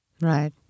Right